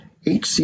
HC